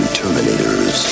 terminators